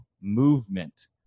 movement